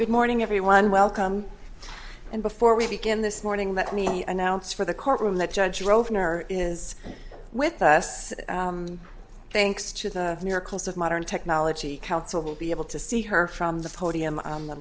good morning everyone welcome and before we begin this morning that me announce for the courtroom that judge rove nerd is with us thanks to the miracles of modern technology counsel will be able to see her from the podium